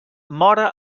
móra